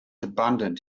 abundant